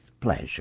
pleasure